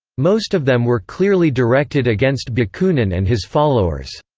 most of them were clearly directed against bakunin and his followers.